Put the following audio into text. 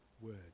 word